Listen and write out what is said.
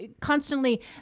constantly